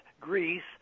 Greece